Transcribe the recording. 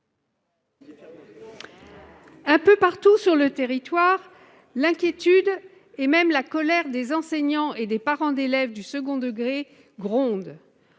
Un peu partout sur le territoire, l'inquiétude, voire la colère, des enseignants et des parents d'élèves du second degré gronde.